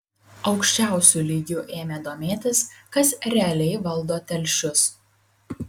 aukščiausiu lygiu ėmė domėtis kas realiai valdo telšius